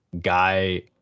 guy